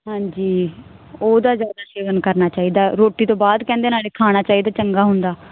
ਹਾਂਜੀ ਉਹ ਤਾਂ ਜਿਆਦਾ ਸੇਵਨ ਕਰਨਾ ਚਾਹੀਦਾ ਰੋਟੀ ਤੋਂ ਬਾਅਦ ਕਹਿੰਦੇ ਨਾਲੇ ਖਾਣਾ ਚਾਹੀਦਾ ਚੰਗਾ ਹੁੰਦਾ